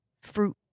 fruit